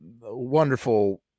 wonderful